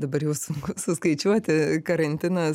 dabar jau sunku suskaičiuoti karantinas